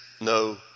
no